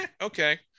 okay